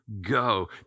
Go